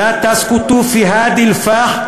אתה יודע מה זה מזכיר לי?